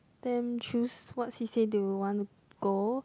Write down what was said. them choose what C_C_A they would want to go